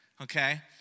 okay